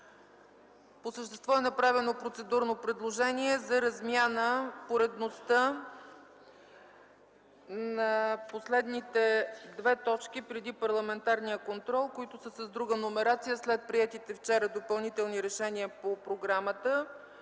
По същество е направено процедурно предложение за размяна поредността на последните две точки преди парламентарния контрол, които са с друга номерация след приетите вчера допълнителни решения по програмата.